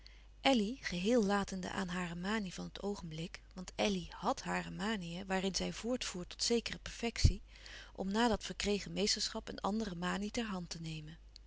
elly geheel latende aan hare manie van het oogenblik want elly hàd hare manieën waarin zij voortvoer tot zekere perfectie om na dat verkregen meesterschap een andere manie ter hand te nemen